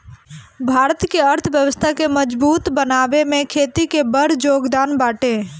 भारत के अर्थव्यवस्था के मजबूत बनावे में खेती के बड़ जोगदान बाटे